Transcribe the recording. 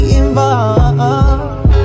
involved